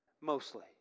Mostly